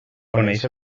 coneix